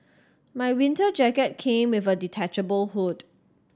my winter jacket came with a detachable hood